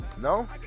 no